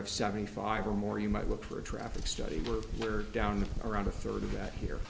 not seventy five or more you might look for a traffic study group are down around a third of that here